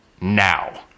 now